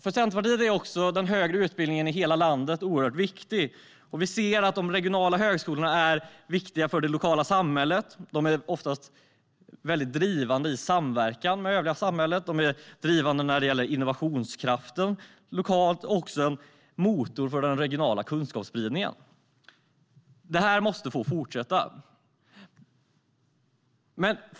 För Centerpartiet är den högre utbildningen i hela landet oerhört viktig. Vi ser att de regionala högskolorna är viktiga för det lokala samhället. De är oftast väldigt drivande i samverkan med övriga samhället. De är drivande när det gäller innovationskraften och lokalt också en motor för den regionala kunskapsspridningen. Detta måste få fortsätta.